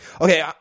Okay